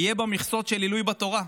יהיה במכסות של עילוי בתורה,